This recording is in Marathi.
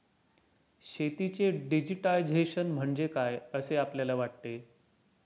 शेतीचे डिजिटायझेशन म्हणजे काय असे आपल्याला वाटते?